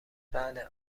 بله